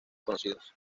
conocidos